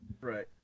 Right